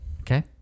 okay